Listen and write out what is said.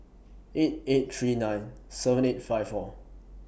eight eight three nine seven eight five four